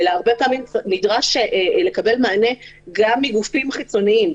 אלא הרבה פעמים נדרש לקבל מענה גם מגופים חיצוניים.